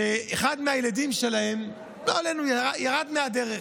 שאחד מהילדים שלהם, לא עלינו, ירד מהדרך.